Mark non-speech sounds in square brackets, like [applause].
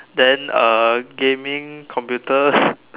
then uh gaming computer [breath]